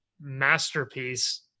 masterpiece